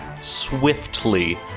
swiftly